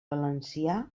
valencià